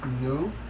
No